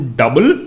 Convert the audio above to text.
double